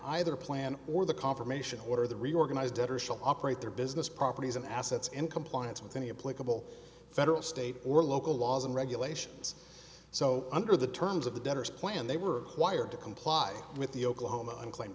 either plan or the confirmation order the reorganized debtor shall operate their business properties and assets in compliance with any a political federal state or local laws and regulations so under the terms of the debtors plan they were wired to comply with the oklahoma uncl